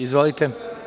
Izvolite.